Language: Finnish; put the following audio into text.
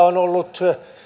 on ollut